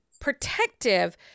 protective